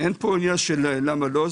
אין כאן עניין של למה לא.